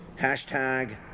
hashtag